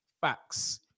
Facts